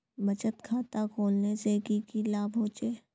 बचत खाता खोलने से की की लाभ होचे?